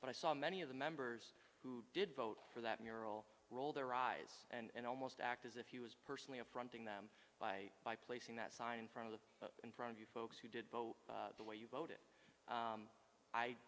but i saw many of the members who did vote for that mural roll their eyes and almost act as if he was personally affronting them by by placing that sign in front of them in front of you folks who did vote the way you voted